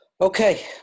Okay